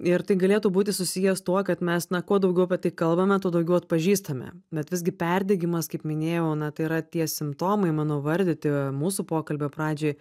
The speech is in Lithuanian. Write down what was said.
ir tai galėtų būti susiję su tuo kad mes na kuo daugiau apie tai kalbame tuo daugiau atpažįstame bet visgi perdegimas kaip minėjau na tai yra tie simptomai mano vardyti mūsų pokalbio pradžioj